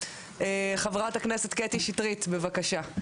חברת הכנסת קטי שטרית, בבקשה.